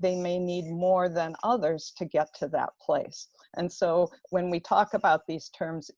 they may need more than others to get to that place and so when we talk about these terms,